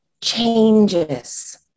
changes